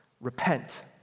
Repent